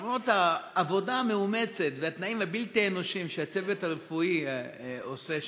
למרות העבודה המאומצת והתנאים הבלתי-אנושיים של הצוות הרפואי שם,